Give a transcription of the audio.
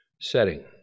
setting